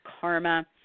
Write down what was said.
karma